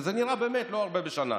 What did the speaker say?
וזה נראה באמת לא הרבה בשנה,